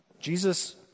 Jesus